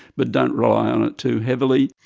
but don't rely on it too heavily.